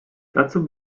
dazu